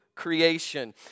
creation